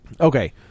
Okay